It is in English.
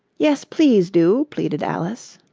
yes, please do pleaded alice.